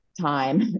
time